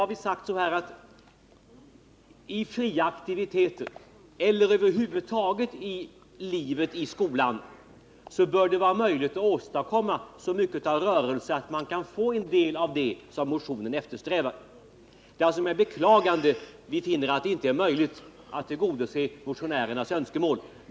Däremot har vi sagt att i fria aktiviteter eller över huvud taget i livet i skolan bör det vara möjligt att åstadkomma så mycket av rörelse att man kan få en del av det som motionen eftersträvar. Det är alltså med beklagande som vi finner att det inte är möjligt att tillgodose motionärernas önskemål.